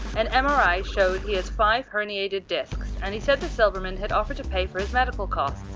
an mri showed he has five herniated disks and he said the silverman had offered to pay for his medical costs.